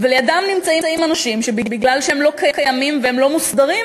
ולידם נמצאים אנשים שבגלל שהם לא קיימים והם לא מוסדרים,